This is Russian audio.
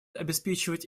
обеспечивать